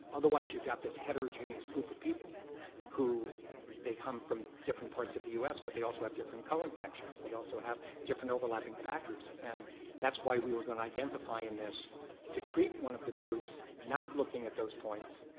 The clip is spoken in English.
otherwise you've got this heterogeneous group of people who they come from different parts of the us, but they also have different co-infections. they also have different overlapping factors and that's why we were going to identify in this to treat one of the groups not looking at those points.